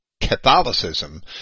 Catholicism